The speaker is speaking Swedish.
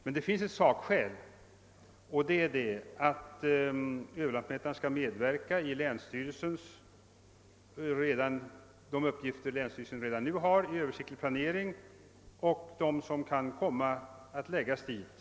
Men det finns ett sakskäl, och det är att överlantmätaren skall medverka i de uppgifter som länsstyrelserna redan har när det gäller översiktlig planering och i de uppgifter som kan komma att hänföras dit.